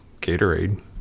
Gatorade